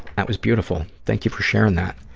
that was beautiful. thank you for sharing that.